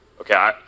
Okay